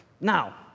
Now